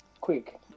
quick